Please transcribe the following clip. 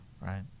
right